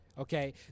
Okay